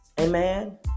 Amen